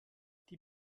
die